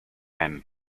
him